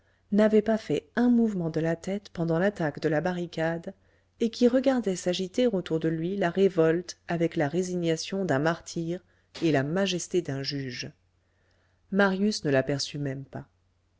n'avait pas fait un mouvement de la tête pendant l'attaque de la barricade et qui regardait s'agiter autour de lui la révolte avec la résignation d'un martyr et la majesté d'un juge marius ne l'aperçut même pas